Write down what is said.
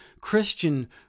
Christian